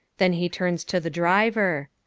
then he turns to the driver.